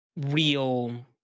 real